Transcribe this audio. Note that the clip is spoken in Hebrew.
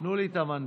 תנו לי את המנדט.